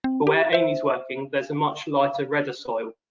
but where amy's working, there's a much lighter redder soil.